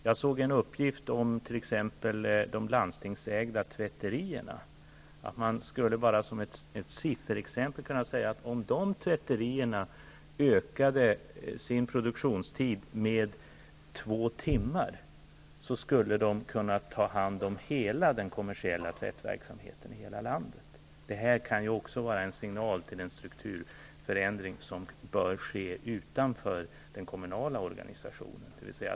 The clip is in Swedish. Jag såg en uppgift som gällde de landstingsägda tvätterierna. Om dessa tvätterier ökade sin produktionstid med 2 tim., skulle de kunna ta hand om den kommersiella tvättverksamheten i hela landet. Detta kan också vara en signal till en strukturförändring, som bör ske utanför den kommunala organisationen, dvs.